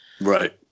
Right